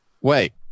Wait